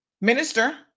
minister